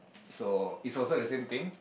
so it's also the same thing